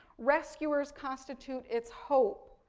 rescuers constitute its hope.